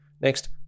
Next